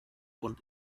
und